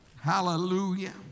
Hallelujah